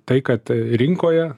tai kad rinkoje